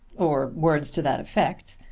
or words to that effect,